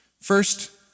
First